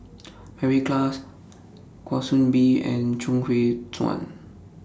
Mary Klass Kwa Soon Bee and Chuang Hui Tsuan